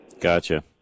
Gotcha